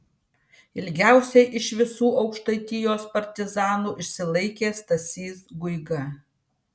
ilgiausiai iš visų aukštaitijos partizanų išsilaikė stasys guiga